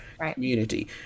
community